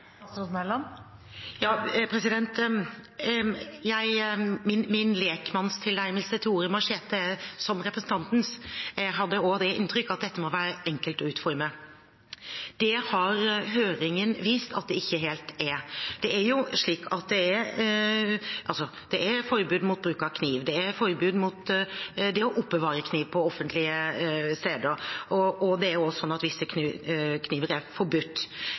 Min lekmannstilnærmelse til ordet «machete» er som representantens – jeg hadde også det inntrykk at dette måtte være enkelt å utforme. Høringen har vist at det ikke er helt enkelt. Det er forbud mot bruk av kniv, det er forbud mot å oppbevare kniv på offentlige steder, og det er også sånn at visse kniver er forbudt